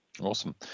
awesome